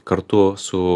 kartu su